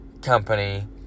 company